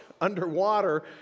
underwater